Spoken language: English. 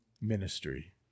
ministry